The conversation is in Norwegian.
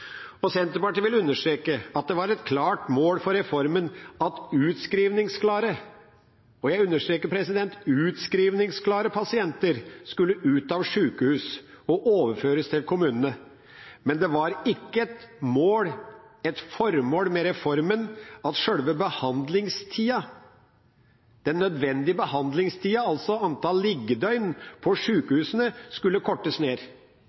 Senterpartiet vil understreke at det var et klart mål for reformen at utskrivningsklare pasienter – og jeg understreker utskrivningsklare – skulle ut av sjukehus og overføres til kommunene. Men det var ikke et mål, et formål med reformen at sjølve behandlingstida, den nødvendige behandlingstida, altså antall liggedøgn på sjukehusene, skulle kortes ned.